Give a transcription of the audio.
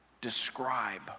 describe